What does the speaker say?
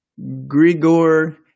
Grigor